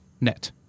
Net